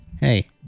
Hey